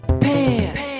Pants